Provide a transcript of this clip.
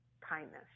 kindness